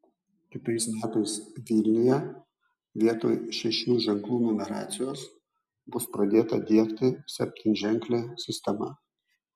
kitais metais vilniuje vietoj šešių ženklų numeracijos bus pradėta diegti septynženklė sistema